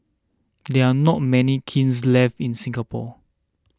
there are not many kilns left in Singapore